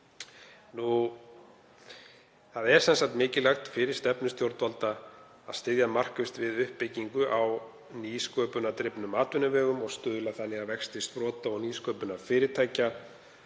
Það er sem sagt mikilvægt fyrir stefnu stjórnvalda að styðja markvisst við uppbyggingu á nýsköpunardrifnum atvinnuvegum og stuðla þannig að vexti sprota- og nýsköpunarfyrirtækja,